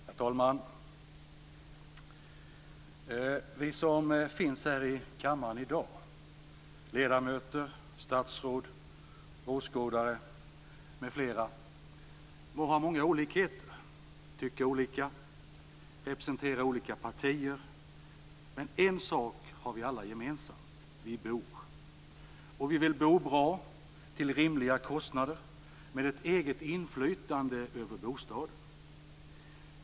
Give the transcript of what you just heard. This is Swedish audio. Herr talman! Vi som finns här i kammaren i dag - ledamöter, statsråd, åhörare m.fl. - må ha många olikheter. Vi tycker olika och representerar olika partier, men en sak har vi alla gemensamt. Vi bor. Och vi vill bo bra, till rimliga kostnader och med ett eget inflytande över bostaden.